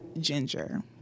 Ginger